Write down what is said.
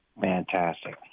Fantastic